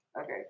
Okay